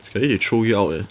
sekali they throw you out leh